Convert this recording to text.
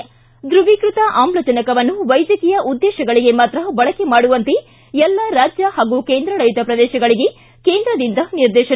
ಿತು ದ್ರವೀಕೃತ ಆಮ್ಲಜನಕವನ್ನು ವೈದ್ಯಕೀಯ ಉದ್ದೇಶಗಳಿಗೆ ಮಾತ್ರ ಬಳಕೆ ಮಾಡುವಂತೆ ಎಲ್ಲ ರಾಜ್ಯ ಮತ್ತು ಕೇಂದ್ರಾಡಳಿತ ಪ್ರದೇಶಗಳಿಗೆ ಕೇಂದ್ರದಿಂದ ನಿರ್ದೇಶನ